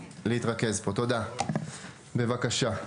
בבקשה.